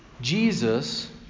Jesus